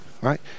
right